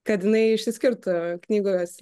kad jinai išsiskirtų knygos